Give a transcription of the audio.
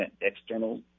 external